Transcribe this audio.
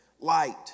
light